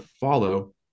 follow